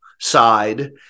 side